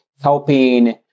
helping